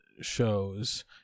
shows